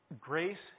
Grace